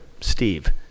Steve